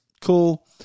Cool